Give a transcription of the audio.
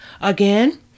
again